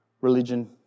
Religion